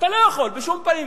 אתה לא יכול בשום פנים.